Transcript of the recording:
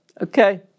okay